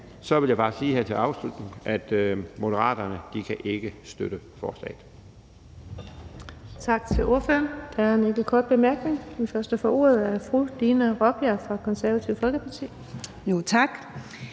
alt vil jeg bare sige her som afslutning, at Moderaterne ikke kan støtte forslaget.